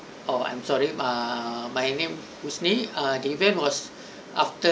oh I'm sorry uh my name husni uh the event was after